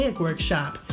Workshop